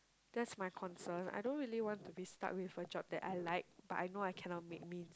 that's my concern I don't really want to be stuck with a job that I like but I know I cannot make me